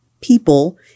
people